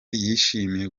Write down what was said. yishimiye